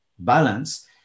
balance